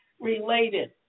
related